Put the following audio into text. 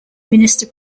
minister